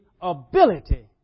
ability